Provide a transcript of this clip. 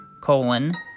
colon